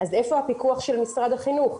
אז איפה הפיקוח של משרד החינוך?